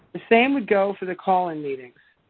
the same would go for the call-in meetings.